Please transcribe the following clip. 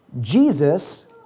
Jesus